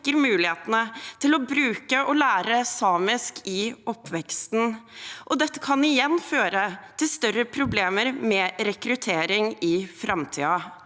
mulighetene til å bruke og lære samisk i oppveksten. Dette kan igjen føre til større problemer med rekruttering i framtiden.